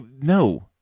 No